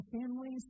families